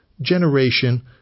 generation